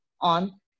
on